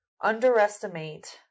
underestimate